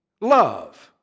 love